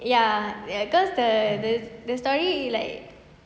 ya cause the the story is like